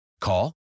Call